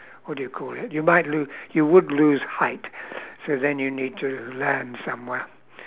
what do you call it you might lo~ you would lose height so then you need to land somewhere